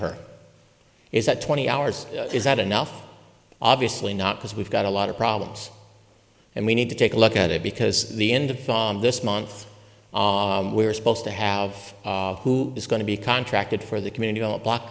her is that twenty hours is not enough obviously not because we've got a lot of problems and we need to take a look at it because the end of this month we're supposed to have who is going to be contracted for the community don't block